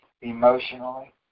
emotionally